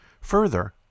Further